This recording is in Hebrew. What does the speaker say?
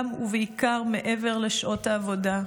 גם ובעיקר מעבר לשעות העבודה,